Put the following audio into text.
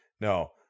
No